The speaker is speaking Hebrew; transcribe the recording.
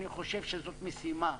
אני חושב שזו משימה.